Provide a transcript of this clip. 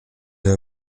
her